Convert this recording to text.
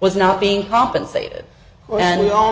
was not being compensated well and we all